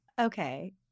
Okay